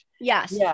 Yes